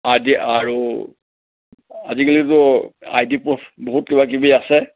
আদি আৰু আজিকালিতো আইডি প্ৰোফ বহুত কিবাকিবি আছে